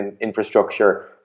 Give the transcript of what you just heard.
infrastructure